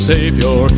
Savior